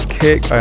kick